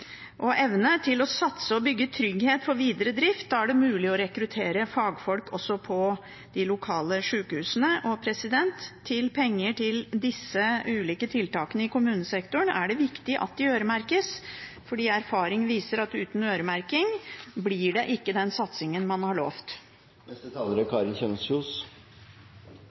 og evne til å satse og bygge trygghet for videre drift. Da er det mulig å rekruttere fagfolk også i de lokale sykehusene. Det er viktig at det øremerkes penger til disse ulike tiltakene i kommunesektoren, for erfaring viser at uten øremerking blir det ikke den satsingen man har